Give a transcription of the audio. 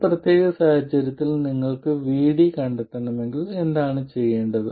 ഈ പ്രത്യേക സാഹചര്യത്തിൽ നിങ്ങൾക്ക് VD കണ്ടെത്തണമെങ്കിൽ നിങ്ങൾ എന്താണ് ചെയ്യേണ്ടത്